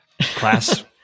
class